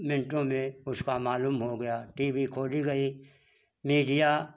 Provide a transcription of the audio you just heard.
मिनटों में उसका मालूम हो गया टी वी खोजी गई मीडिया